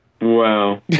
wow